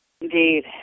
Indeed